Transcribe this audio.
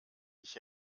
ich